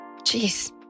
Jeez